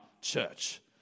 church